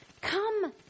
Come